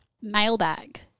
Mailbag